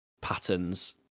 patterns